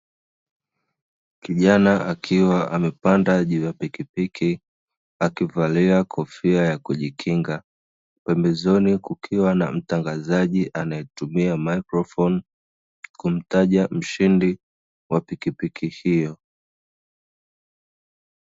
Kijana akiwa amepanda juu ya pikipiki, akivalia kofia ya kujikinga. Pembezoni kukiwa na mtangazaji anayetumia mikrofoni kumtaja mshindi wa pikipiki hiyo.